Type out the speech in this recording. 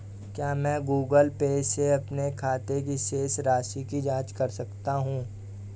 क्या मैं Google Pay से अपने खाते की शेष राशि की जाँच कर सकता हूँ?